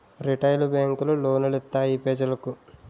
retail బేంకులు loan లిత్తాయి పెజలకు